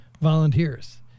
volunteers